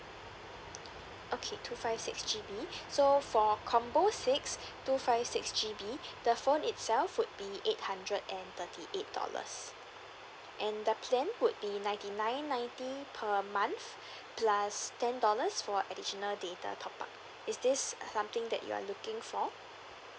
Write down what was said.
okay two five six G_B so for combo six two five six G_B the phone itself would be eight hundred and thirty eight dollars and the plan would be ninety nine ninety per month plus ten dollars for additional data top up is this something that you are looking for